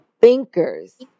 Thinkers